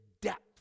depth